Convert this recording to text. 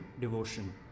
devotion